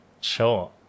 Sure